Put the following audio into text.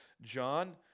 John